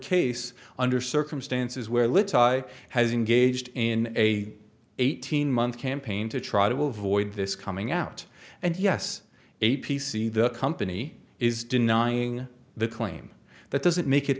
case under circumstances where little guy has engaged in a eighteen month campaign to try to avoid this coming out and yes a p c the company is denying the claim that doesn't make it